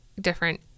different